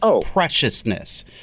preciousness